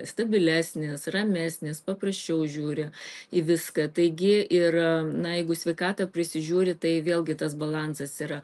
stabilesnis ramesnis paprasčiau žiūri į viską taigi ir na jeigu sveikatą prisižiūri tai vėlgi tas balansas yra